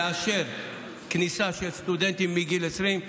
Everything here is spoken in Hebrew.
לאשר כניסה של סטודנטים מגיל 20,